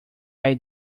eye